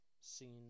seen